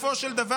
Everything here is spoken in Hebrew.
בסופו של דבר,